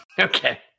Okay